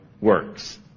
works